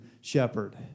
shepherd